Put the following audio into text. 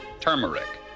turmeric